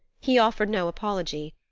he offered no apology.